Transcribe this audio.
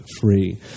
free